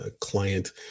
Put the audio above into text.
client